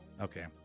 Okay